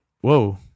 Whoa